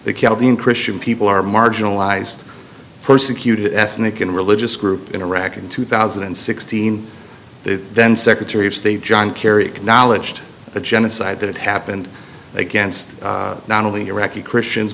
the calvin christian people are marginalized persecuted ethnic and religious group in iraq in two thousand and sixteen then secretary of state john kerry acknowledged the genocide that happened against not only iraqi christians